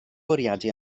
bwriadu